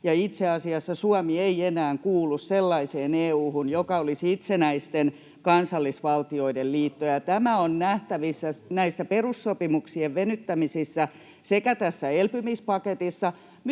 itse asiassa Suomi ei enää kuulu sellaiseen EU:hun, joka olisi itsenäisten kansallisvaltioiden liitto, ja tämä on nähtävissä näissä perussopimuksien venyttämisissä paitsi tässä elpymispaketissa